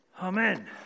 Amen